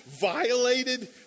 violated